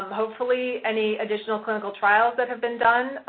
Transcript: um hopefully, any additional clinical trials that have been done,